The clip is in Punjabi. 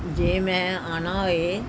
ਜੇ ਮੈਂ ਆਉਣਾ ਹੋਵੇ